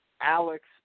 Alex